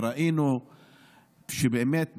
ובאמת,